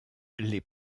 les